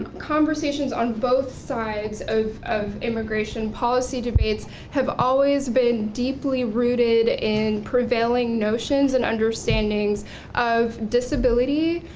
conversations on both sides of of immigration policy debates have always been deeply rooted in prevailing notions and understandings of disability,